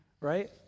Right